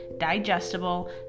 digestible